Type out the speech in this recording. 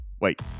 wait